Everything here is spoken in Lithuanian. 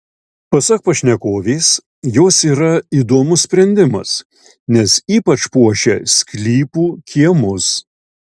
pasak pašnekovės jos yra įdomus sprendimas nes ypač puošia sklypų kiemus